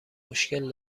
مشکل